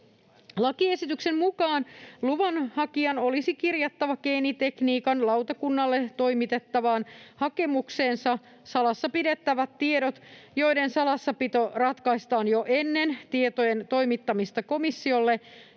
Lakiesityksen mukaan luvanhakijan olisi kirjattava geenitekniikan lautakunnalle toimitettavaan hakemukseensa salassa pidettävät tiedot, joiden salassapito ratkaistaan jo ennen tietojen toimittamista komissiolle